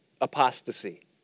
apostasy